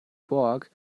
borg